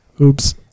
oops